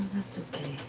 that's okay.